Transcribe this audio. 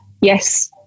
yes